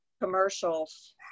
commercials